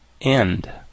End